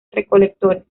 recolectores